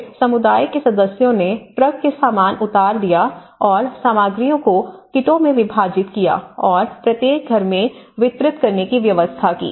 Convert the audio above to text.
फिर समुदाय के सदस्यों ने ट्रक से सामान उतार दिया और सामग्रियों को किटों में विभाजित किया और प्रत्येक घर में वितरित करने की व्यवस्था की